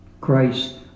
Christ